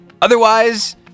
otherwise